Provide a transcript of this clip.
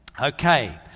Okay